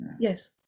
yes